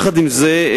עם זה,